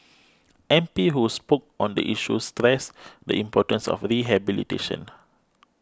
M P who spoke on the issue stressed the importance of rehabilitation